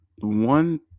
one